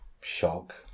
shock